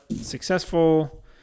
successful